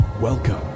Welcome